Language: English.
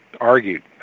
argued